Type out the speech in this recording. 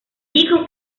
dico